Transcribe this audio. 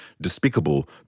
despicable